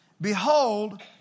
Behold